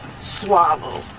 swallow